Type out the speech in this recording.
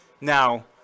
Now-